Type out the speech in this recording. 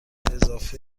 اضافه